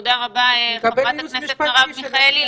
תודה רבה, חברת הכנסת מרב מיכאלי.